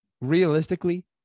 realistically